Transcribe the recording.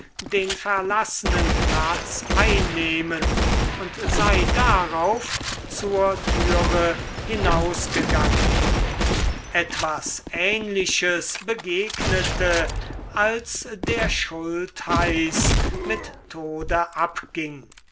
den verlassenen platz einnehmen und sei darauf zur türe hinausgegangen etwas ähnliches begegnete als der schultheiß mit tode abging